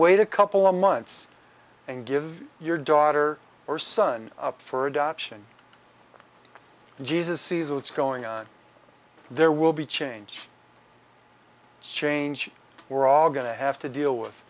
wait a couple of months and give your daughter or son up for adoption and jesus sees what's going on there will be change change we're all going to have to deal with